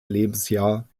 lebensjahr